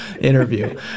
interview